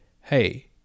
hey